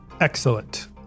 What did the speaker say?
Excellent